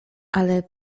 ale